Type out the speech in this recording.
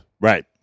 Right